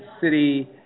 city